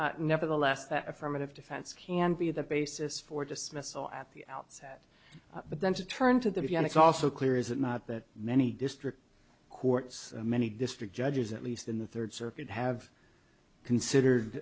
e nevertheless that affirmative defense can be the basis for dismissal at the outset but then to turn to the view and it's also clear is that not that many district courts many district judges at least in the third circuit have considered